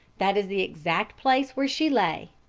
that is the exact place where she lay,